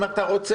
אם אתה רוצה,